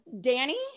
Danny